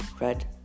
Red